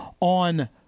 on